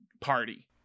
party